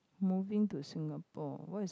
moving to Singapore what is